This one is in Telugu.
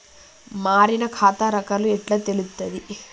మారిన ఖాతా రకాలు ఎట్లా తెలుత్తది?